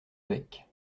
avec